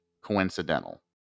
coincidental